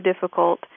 difficult